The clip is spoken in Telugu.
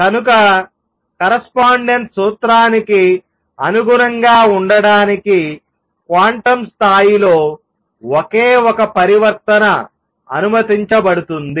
కనుక కరస్పాండెన్స్ సూత్రానికి అనుగుణంగా ఉండటానికి క్వాంటం స్థాయిలో ఒకే ఒక పరివర్తన అనుమతించబడుతుంది